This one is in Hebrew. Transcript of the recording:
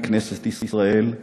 מכנסת ישראל,